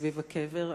סביב הקבר,